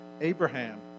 Abraham